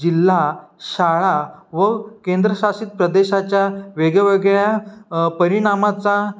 जिल्हा शाळा व केंद्रशासित प्रदेशाच्या वेगवेगळ्या परिणामाचा